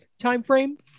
timeframe